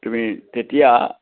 তুমি তেতিয়া